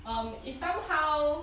um it somehow